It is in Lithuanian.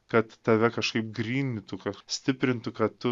kad tave kažkaip grynytų kad stiprintų kad tu